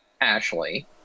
Ashley